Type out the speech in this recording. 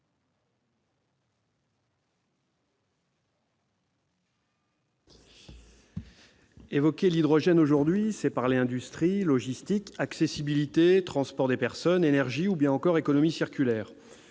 évoquer l'hydrogène aujourd'hui, c'est parler industrie, logistique, accessibilité, transport des personnes, énergie ou bien encore économie circulaire.